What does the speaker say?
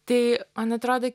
tai man atrodo